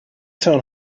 town